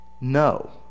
no